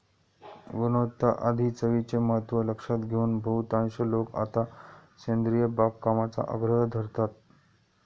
गुणवत्ता आणि चवीचे महत्त्व लक्षात घेऊन बहुतांश लोक आता सेंद्रिय बागकामाचा आग्रह धरतात